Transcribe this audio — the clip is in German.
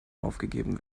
aufgegeben